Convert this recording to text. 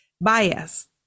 bias